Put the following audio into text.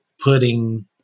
putting